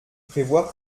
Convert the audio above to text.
prévoir